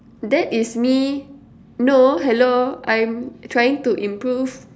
that is me no hello I'm trying to improve